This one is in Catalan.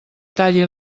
talli